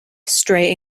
stray